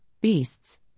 beasts